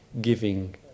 Giving